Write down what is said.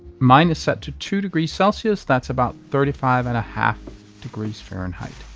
mine is set to two degrees celsius, that's about thirty five and a half degrees fahrenheit,